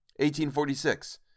1846